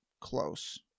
close